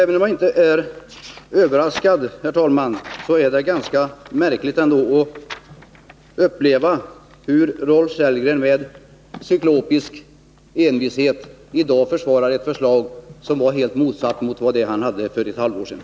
Även om jag inte är överraskad, herr talman, så tycker jag ändå att det är ganska märkligt att uppleva hur Rolf Sellgren med cyklopisk envishet i dag försvarar ett förslag som är helt motsatt det han stödde för ett halvår sedan.